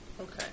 Okay